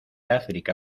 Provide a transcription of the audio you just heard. áfrica